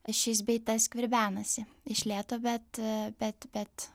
šis bei tas skvervenasi iš lėto bet bet bet